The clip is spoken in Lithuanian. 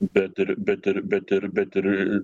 bet ir bet ir bet ir bet ir